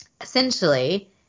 essentially